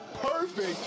perfect